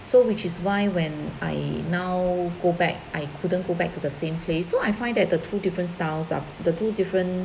so which is why when I now go back I couldn't go back to the same place so I find that the two different styles ah the two different